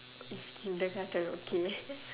kindergarten okay